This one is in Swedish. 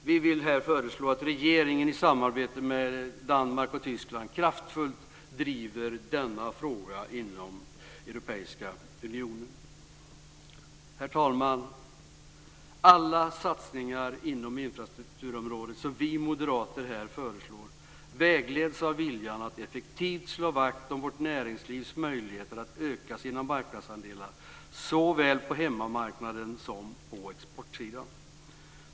Vi vill här föreslå att regeringen i samarbete med Danmark och Tyskland kraftfullt driver denna fråga inom Europeiska unionen. Herr talman! Alla satsningar inom infrastrukturområdet som vi moderater här föreslår vägleds av viljan att effektivt slå vakt om vårt näringslivs möjligheter att öka sina marknadsandelar såväl på hemmamarknaden som på exportsidan.